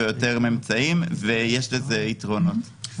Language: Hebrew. מה יקרה מחר